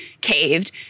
caved